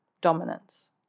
dominance